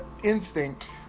instinct